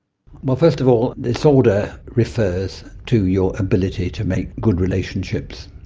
well, first of all, disorder refers to your ability to make good relationships.